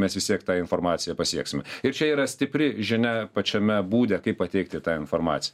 mes vis tiek tą informaciją pasieksime ir čia yra stipri žinia pačiame būde kaip pateikti tą informaciją